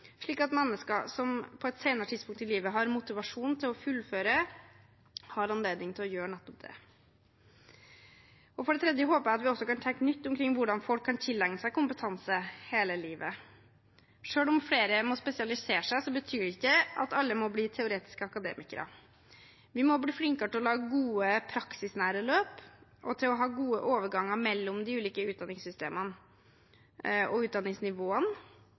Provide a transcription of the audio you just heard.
slik at mennesker som på et senere tidspunkt i livet har motivasjon til å fullføre, har anledning til å gjøre nettopp det. For det tredje håper jeg også vi kan tenke nytt omkring hvordan folk kan tilegne seg kompetanse hele livet. Selv om flere må spesialisere seg, betyr det ikke at alle må bli teoretiske akademikere. Vi må bli flinkere til å lage gode praksisnære løp og til å ha gode overganger mellom de ulike utdanningssystemene og utdanningsnivåene,